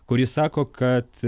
kuris sako kad